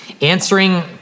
answering